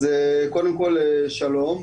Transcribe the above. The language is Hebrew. אז קודם כל שלום.